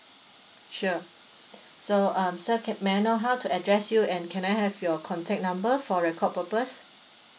sure so um sir can may I know how to address you and can I have your contact number for record purpose